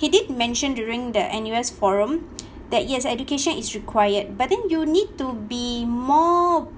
he did mention during the N_U_S forum that yes education is required but then you need to be more